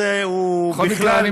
בכל מקרה,